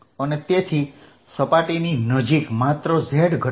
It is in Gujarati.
અને તેથી સપાટીની નજીક માત્ર z ઘટક છે